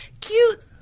cute